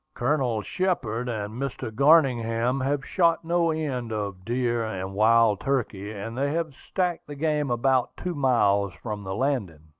colonel shepard and mr. garningham have shot no end of deer and wild turkey, and they have stacked the game about two miles from the landing,